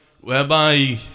whereby